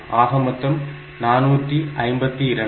ஆக மொத்தம் 452